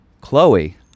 Chloe